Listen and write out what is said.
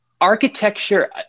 architecture